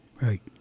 right